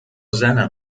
زنم